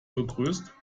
begrüßt